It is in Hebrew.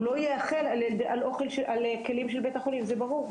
הוא לא יאכל על כלים של בית החולים, זה ברור.